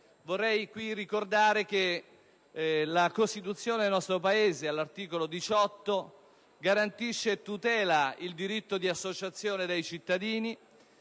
vorrei qui ricordare che la Costituzione del nostro Paese, all'articolo 18, garantisce e tutela il diritto di associazione dei cittadini;